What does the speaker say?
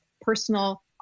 personal